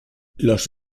los